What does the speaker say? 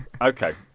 Okay